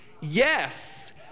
Yes